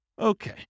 Okay